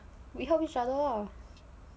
bring to study lounge